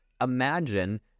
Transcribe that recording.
imagine